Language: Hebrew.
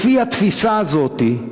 לפי התפיסה הזאת,